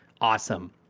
awesome